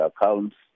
accounts